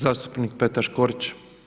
Zastupnik Petar Škorić.